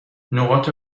نقاط